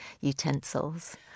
utensils